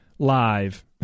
Live